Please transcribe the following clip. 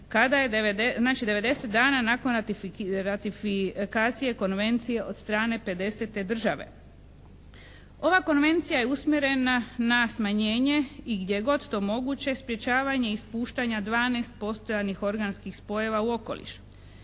90 dana nakon ratifikacije konvencije od strane 50. države. Ova konvencija je usmjerena na smanjenje i gdje god je to moguće sprječavanje ispuštanja 12 postojanih organskih spojeva u okoliš.